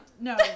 No